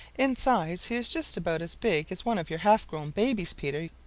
in size he is just about as big as one of your half-grown babies, peter,